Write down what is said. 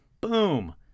Boom